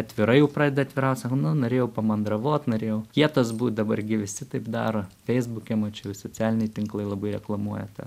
atvirai jau pradeda atviraut sako nu norėjau pamandravot norėjau kietas būt dabar gi visi taip daro feisbuke mačiau socialiniai tinklai labai reklamuoja tą